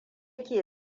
ke